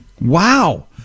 Wow